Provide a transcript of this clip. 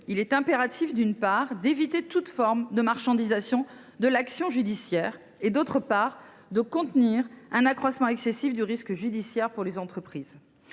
il est impératif, d’une part, d’éviter toute forme de marchandisation de l’action judiciaire et, d’autre part, de contenir un accroissement excessif du risque judiciaire pour les entreprises.